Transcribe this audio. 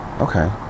Okay